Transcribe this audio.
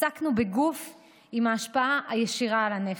עסקנו בגוף עם ההשפעה הישירה על הנפש.